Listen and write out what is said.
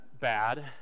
bad